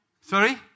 Sorry